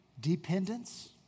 dependence